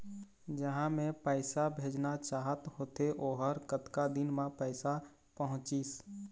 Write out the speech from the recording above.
जहां मैं पैसा भेजना चाहत होथे ओहर कतका दिन मा पैसा पहुंचिस?